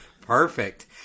Perfect